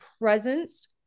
presence